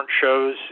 shows